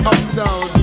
Uptown